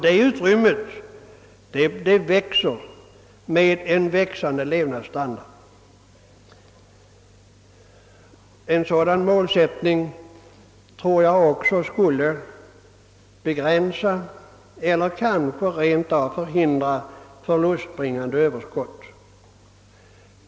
Det utrymmet växer med växande levnadsstandard. En sådan målsättning tror jag också skulle begränsa eller kanske rent av förhindra förlustbringande överskott.